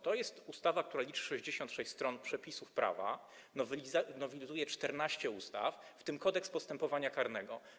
To jest ustawa, która liczy 66 stron z przepisami prawa, nowelizuje 14 ustaw, w tym Kodeks postępowania karnego.